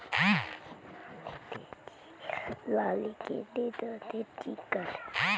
मकई के खेत मे पौना आबय के कतेक दिन बाद निकौनी जरूरी अछि आ केना चीज से?